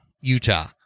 Utah